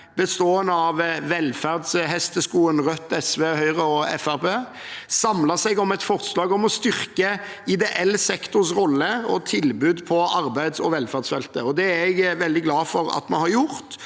bestående av velferdshesteskoen Rødt, SV, Høyre og Fremskrittspartiet – samlet seg om et forslag om å styrke ideell sektors rolle og tilbud på arbeids- og velferdsfeltet. Det er jeg veldig glad for at vi har gjort,